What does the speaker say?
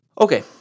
Okay